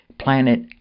planet